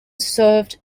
served